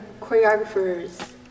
choreographers